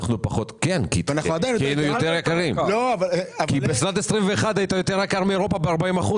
כי בשנת 2021 היינו יותר יקרים מאירופה ב-40%.